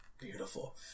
Beautiful